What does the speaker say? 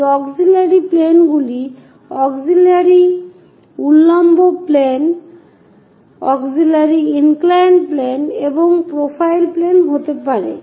এই অক্জিলিয়ারী প্লেনগুলো অক্জিলিয়ারী উল্লম্ব প্লেন অক্জিলিয়ারী ইনক্লাইড প্লেন এবং প্রোফাইল প্লেন হতে পারে